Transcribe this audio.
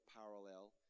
parallel